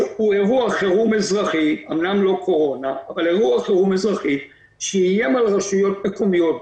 שהוא אירוע חירום אזרחי שאיים על רשויות מקומיות,